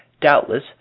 doubtless